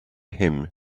him